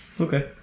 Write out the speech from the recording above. Okay